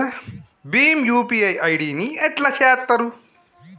Bhim UPI ID ని ఎట్లా చేత్తరు?